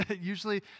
Usually